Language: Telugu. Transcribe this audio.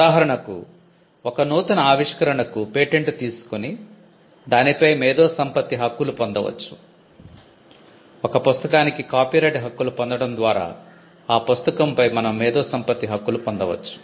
ఉదాహరణకు ఒక నూతన ఆవిష్కరణకు పేటెంట్ హక్కులు పొందడం ద్వారా ఆ పుస్తకంపై మనం మేధోసంపత్తి హక్కులు పొందవచ్చు